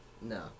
No